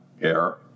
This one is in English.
air